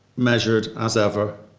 measured as ever?